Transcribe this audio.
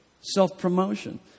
self-promotion